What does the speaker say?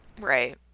Right